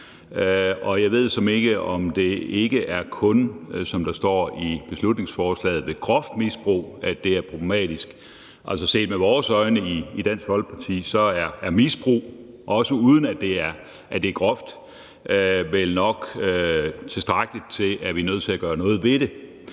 jeg ved såmænd ikke, om det ikke kun er ved groft misbrug, som der står i beslutningsforslaget, at det er problematisk. Altså, set med Dansk Folkepartis øjne er misbrug, også uden at det er groft, vel nok tilstrækkeligt til, at vi er nødt til at gøre noget ved det.